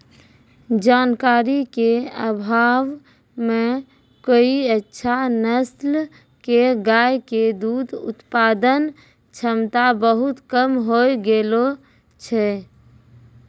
जानकारी के अभाव मॅ कई अच्छा नस्ल के गाय के दूध उत्पादन क्षमता बहुत कम होय गेलो छै